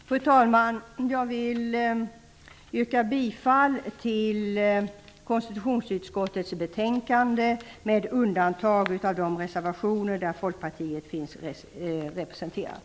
Fru talman! Jag yrkar bifall till de reservationer där Folkpartiet finns representerat och i övrigt att riksdagen godkänner konstitutionsutskottets anmälan.